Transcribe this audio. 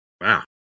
wow